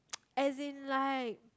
as in like